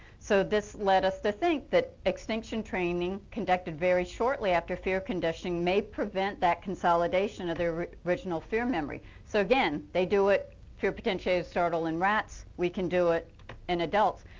so this led us to think that extinction training conducted very shortly after fear conditioning may prevent consolidation of the original fear memory. so again, they do it fear potentiated startle in rats. we can do it in adults.